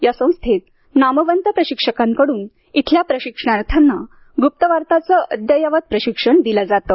या संस्थेत नामवंत प्रशिक्षकांकडून येथील प्रशिक्षणार्थ्यांना गुप्तवार्ताचे अद्ययावत प्रशिक्षण दिले जाते